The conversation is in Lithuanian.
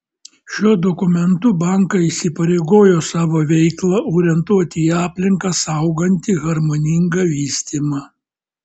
šiuo dokumentu bankai įsipareigojo savo veiklą orientuoti į aplinką saugantį harmoningą vystymą